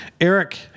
Eric